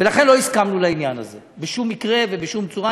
ולכן לא הסכמנו לעניין הזה בשום מקרה ובשום צורה.